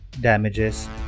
damages